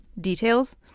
details